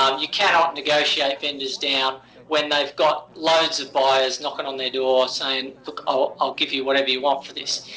um you cannot negotiate vendors down when they've got loads of buyers knocking on their door saying, look, i'll i'll give you whatever you want for this.